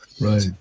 Right